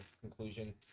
conclusion